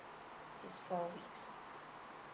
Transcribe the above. this four weeks